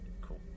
Cool